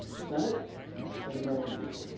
the senate and the american people.